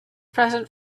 present